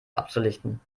abzulichten